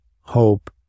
hope